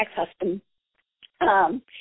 ex-husband